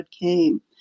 came